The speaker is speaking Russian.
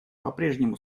попрежнему